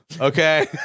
Okay